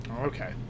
Okay